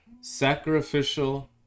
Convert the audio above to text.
sacrificial